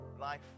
life